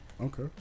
Okay